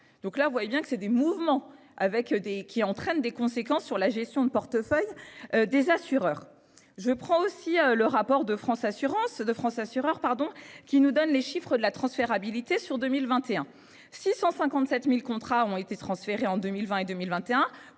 Donc là vous voyez bien que c'est des mouvements avec des qui entraîne des conséquences sur la gestion de portefeuilles des assureurs. Je prends aussi le rapport de France assurance de France assureurs pardon qui nous donne les chiffres de la transférabilité sur 2021, 657.000 contrats ont été transférés en 2020 et 2021